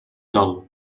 dol